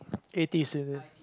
eighties is it